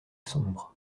sombre